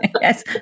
yes